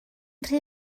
rhy